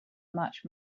much